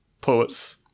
poets